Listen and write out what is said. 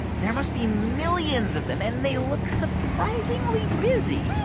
there must be millions of them. and they look surprisingly busy